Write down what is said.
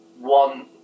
one